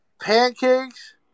Pancakes